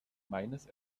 meines